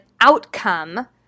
outcome